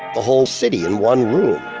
the whole city in one room